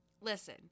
Listen